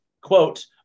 quote